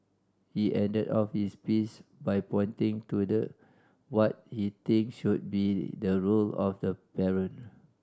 he ended off his piece by pointing to the what he thinks should be the role of the parent